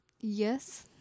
Yes